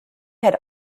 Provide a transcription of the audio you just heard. had